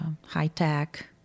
high-tech